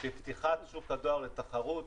לפתיחת שוק הדואר לתחרות